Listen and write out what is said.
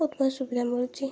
ବହୁତ ପ୍ରକାର ସୁବିଧା ମିଳୁଛି